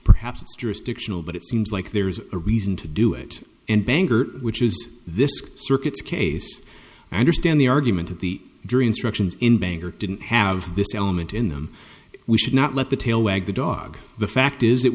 it's jurisdictional but it seems like there's a reason to do it and bangor which is this circuit's case i understand the argument that the jury instructions in bangor didn't have this element in them we should not let the tail wag the dog the fact is it